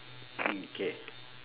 mm K